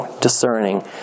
Discerning